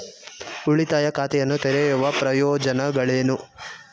ಉಳಿತಾಯ ಖಾತೆಯನ್ನು ತೆರೆಯುವ ಪ್ರಯೋಜನಗಳೇನು?